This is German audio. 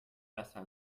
besser